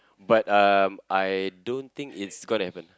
but um I don't think it's gonna happen